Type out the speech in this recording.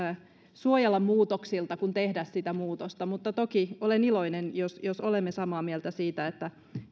suojella muutoksilta kuin tehdä sitä muutosta mutta toki olen iloinen jos jos olemme samaa mieltä siitä että